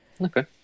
Okay